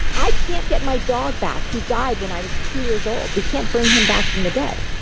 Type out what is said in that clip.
i can't get my dog back who died when i was two years old. we can't bring him back from the dead.